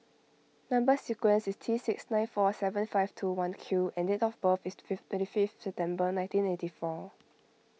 Number Sequence is T six nine four seven five two one Q and date of birth is to fifth twenty fifth September nineteen eighty four